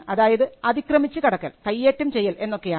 അതായത് അതിക്രമിച്ച് കടക്കൽ കയ്യേറ്റം ചെയ്യൽ എന്നൊക്കെ ആണ്